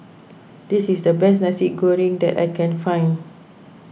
this is the best Nasi Goreng that I can find